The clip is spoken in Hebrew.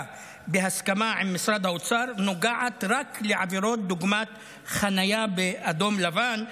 בהסכמה עם משרד האוצר נוגעת רק לעבירות דוגמת חניה באדום-לבן,